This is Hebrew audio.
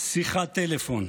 שיחת טלפון.